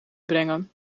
brengen